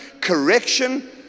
correction